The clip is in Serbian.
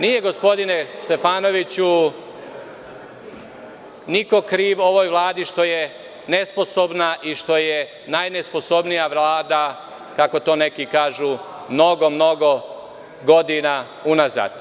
Nije, gospodine Stefanoviću, niko kriv ovoj Vladi što je nesposobna i što je najnesposobnija Vlada, kako to neki kažu, mnogo mnogo godina unazad.